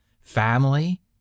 Family